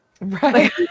Right